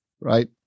right